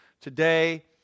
today